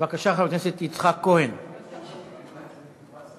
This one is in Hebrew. הצעה לסדר-היום מס'